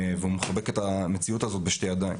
הוא מחבק את המציאות הזאת בשתי ידיים.